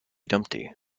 dumpty